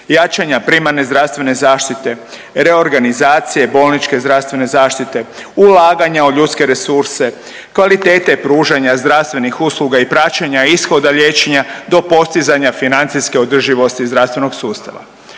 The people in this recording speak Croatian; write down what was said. jačanju primarne zdravstvene zaštite, reorganizacije i bolničke zdravstvene zaštite, ulaganja u ljudske resurse, kvalitete pružanja zdravstvenih usluga i praćenja ishoda liječenja do postizanja financijske održivosti zdravstvenog sustava.